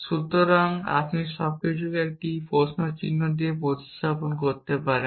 সুতরাং আপনি সবকিছুকে একটি প্রশ্ন চিহ্ন দিয়ে প্রতিস্থাপন করতে পারেন